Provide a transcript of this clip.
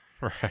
Right